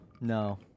No